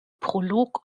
prolog